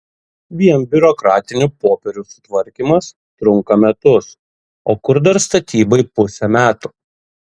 vien biurokratinių popierių sutvarkymas trunka metus o kur dar statybai pusė metų